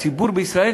הציבור בישראל,